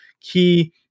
key